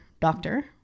doctor